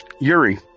Yuri